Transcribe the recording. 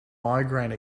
migraine